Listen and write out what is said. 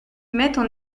mettent